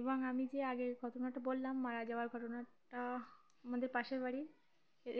এবং আমি যে আগে ঘটনাটা বললাম মারা যাওয়ার ঘটনাটা আমাদের পাশে বাড়ি